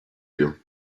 you